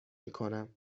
میکنم